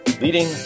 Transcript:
leading